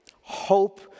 Hope